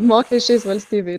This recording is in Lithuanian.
mokesčiais valstybei